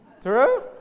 True